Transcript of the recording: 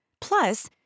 Plus